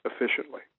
efficiently